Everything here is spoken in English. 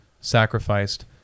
sacrificed